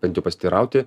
bent jau pasiteirauti